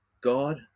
God